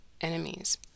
enemies